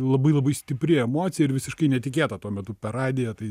labai labai stipri emocija ir visiškai netikėta tuo metu per radiją tai